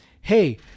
Hey